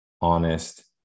honest